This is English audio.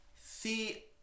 See